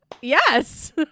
Yes